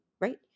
right